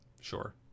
sure